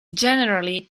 generally